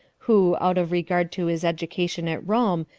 who, out of regard to his education at rome,